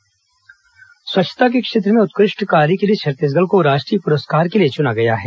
स्वच्छता प्रस्कार स्वच्छता के क्षेत्र में उत्कृष्ट कार्य के लिए छत्तीसगढ़ को राष्ट्रीय प्रस्कार के लिए चुना गया है